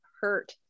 hurt